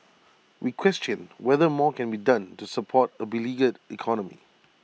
we question whether more can be done to support A beleaguered economy